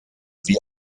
wie